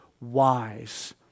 wise